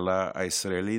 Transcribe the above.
הכלכלה הישראלית.